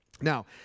Now